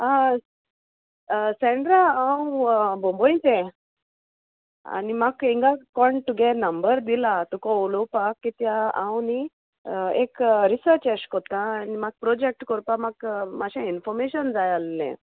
आं सेंड्रा हांव बोंबयचे आनी म्हाका हिंगा कोण तुगे नंबर दिला तुका उलोवपाक कित्या हांव न्ही एक रिसर्च एश कोत्ता आनी म्हाका प्रोजेक्ट कोरपा म्हाका मातशें इनफोर्मेशन जाय आल्हें